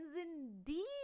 indeed